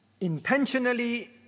Intentionally